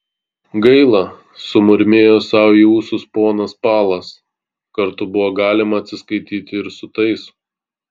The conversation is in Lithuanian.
gaila sumurmėjo sau į ūsus ponas palas kartu buvo galima atsiskaityti ir su tais